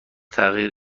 تغییر